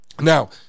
Now